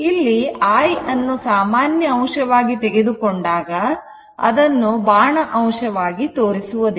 ಇಲ್ಲಿ I ಅನ್ನು ಸಾಮಾನ್ಯ ಅಂಶವಾಗಿ ತೆಗೆದುಕೊಂಡಾಗ ಅದನ್ನು ಬಾಣ ಚಿಹ್ನೆಯಿಂದ ತೋರಿಸುವುದಿಲ್ಲ